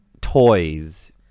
toys